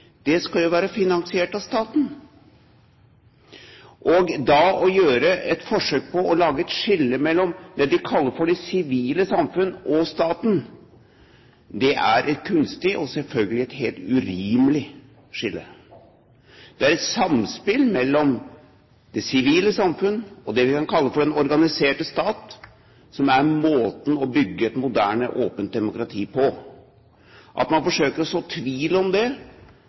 løsninger, skal være finansiert av staten. Å gjøre et forsøk på å lage et skille mellom det de kaller for det sivile samfunn, og staten, er et kunstig og selvfølgelig helt urimelig skille. Det er et samspill mellom det sivile samfunn og det vi kan kalle for den organiserte stat som er måten å bygge et moderne og åpent demokrati på. At man forsøker å så tvil om det,